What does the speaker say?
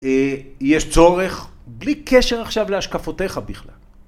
יש צורך, בלי קשר עכשיו להשקפותיך בכלל.